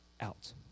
out